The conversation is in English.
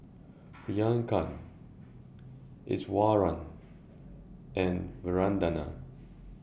Priyanka Iswaran and Vandana